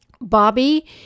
Bobby